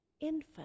infant